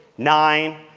nine.